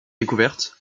découverte